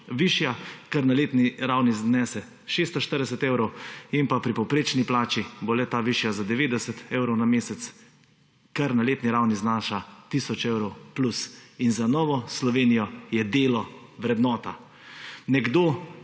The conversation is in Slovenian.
višja, kar na letni ravni znese 640 evrov, in pri povprečni plači bo le-ta višja za 90 evrov na mesec, kar na letni ravni znaša tisoč evrov plus. Za Novo Slovenijo je delo vrednota. Nekdo,